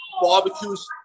barbecues